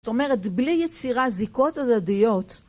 זאת אומרת, בלי יצירה זיקות הדדיות